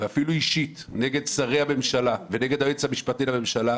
ואפילו אישית נגד שרי הממשלה ונגד היועץ המשפטי לממשלה,